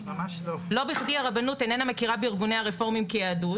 לא בכדי הרבנות איננה מכירה בארגוני הרפורמים כיהדות.